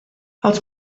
els